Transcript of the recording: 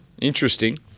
Interesting